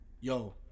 Yo